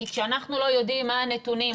כי כשאנחנו לא יודעים מה הנתונים,